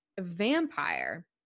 vampire